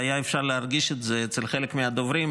והיה אפשר להרגיש את זה אצל חלק מהדוברים,